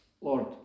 Lord